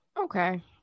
okay